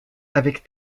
avec